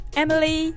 Emily